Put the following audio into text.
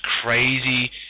crazy